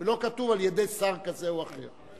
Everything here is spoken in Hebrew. לא כתוב על-ידי שר כזה או אחר.